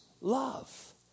love